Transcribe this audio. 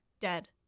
dead